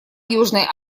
южной